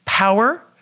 Power